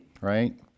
right